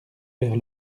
vers